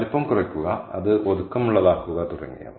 വലിപ്പം കുറയ്ക്കുക അത് ഒതുക്കമുള്ളതാക്കുക തുടങ്ങിയവ